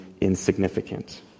insignificant